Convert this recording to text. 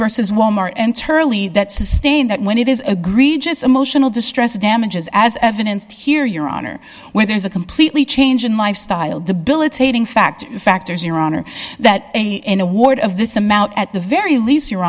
versus wal mart and turley that sustain that when it is agreed just emotional distress damages as evidenced here your honor when there is a completely change in lifestyle debilitating fact factors your honor that in award of this amount at the very least you